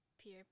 peer